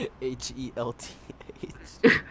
H-E-L-T-H